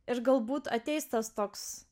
ir galbūt ateis tas toks